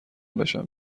بشم